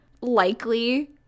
likely